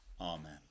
Amen